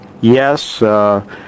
Yes